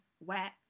wet